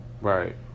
right